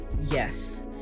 Yes